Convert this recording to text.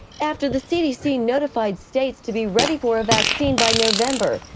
after the cdc notified states to be ready for a vaccine by november,